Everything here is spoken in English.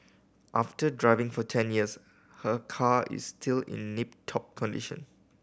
after driving for ten years her car is still in nip top condition